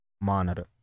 monitor